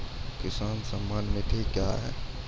किसान सम्मान निधि क्या हैं?